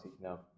No